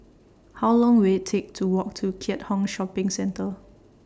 How Long Will IT Take to Walk to Keat Hong Shopping Centre